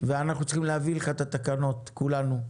ואנחנו צריכים להביא את התקנות, כולנו,